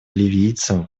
ливийцам